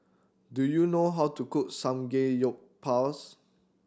do you know how to cook Samgeyopsal